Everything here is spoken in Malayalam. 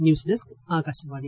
news desk Akashvani